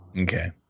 Okay